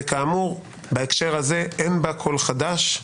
וכאמור בהקשר הזה אין בה כל חדש.